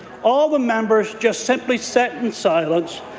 all the members just simply sit in silence.